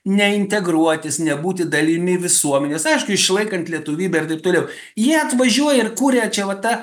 ne integruotis ne būti dalimi visuomenės aišku išlaikant lietuvybę ir taip toliau jie atvažiuoja ir kuria čia va tą